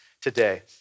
today